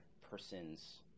person's